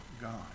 God